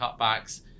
cutbacks